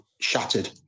shattered